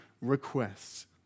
requests